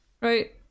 right